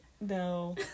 No